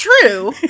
true